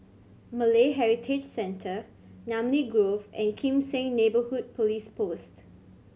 Malay Heritage Centre Namly Grove and Kim Seng Neighbourhood Police Post